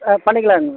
ஆ பண்ணிக்கலாங்க